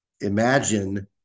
Imagine